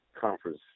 conference